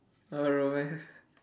ah romance